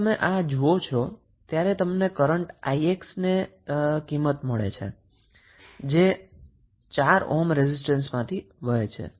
જ્યારે તમે આ જુઓ છો ત્યારે તમને કરન્ટ 𝑖𝑥 ની કિંમત મળે છે જે 4 ઓહ્મ રેઝિસ્ટન્સમાંથી વહે છે